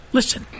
Listen